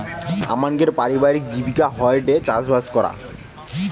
আমানকের পারিবারিক জীবিকা হয়ঠে চাষবাস করা